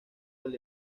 del